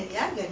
no